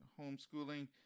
homeschooling